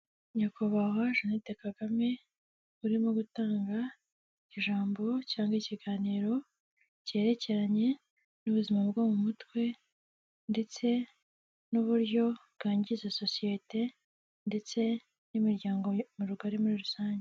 Nyakubahwa Jeannette KAGAME, urimo gutanga ijambo cyangwa ikiganiro kerekeranye n'ubuzima bwo mu mutwe ndetse n'uburyo bwangiza sosiyete ndetse n'imiryangorugari muri rusange.